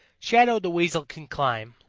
shadow the weasel can climb,